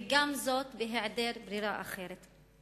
וגם זאת בהעדר ברירה אחרת.